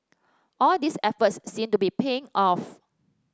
all these efforts seem to be paying off